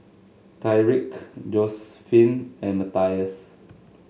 Tyrique Josiephine and Matthias